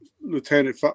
Lieutenant